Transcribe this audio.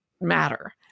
matter